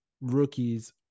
rookies